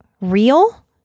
real